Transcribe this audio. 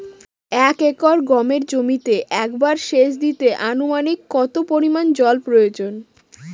এক একর গমের জমিতে একবার শেচ দিতে অনুমানিক কত পরিমান জল প্রয়োজন?